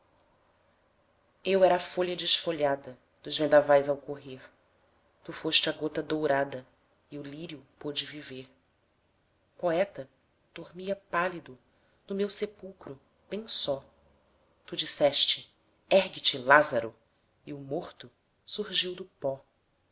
eu era a flor desfolhada dos vendavais ao correr tu foste a gota dourada e o lírio pôde viver poeta dormia pálido no meu sepulcro bem só tu disseste ergue-te lázaro e o morto surgiu do pó